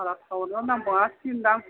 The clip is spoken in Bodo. बारा टावारानो नांबाङासै दां